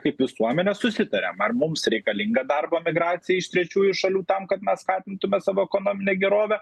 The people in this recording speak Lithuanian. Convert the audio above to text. kaip visuomenė susitariam ar mums reikalinga darbo migracija iš trečiųjų šalių tam kad mes skatintume savo ekonominę gerovę